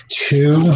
two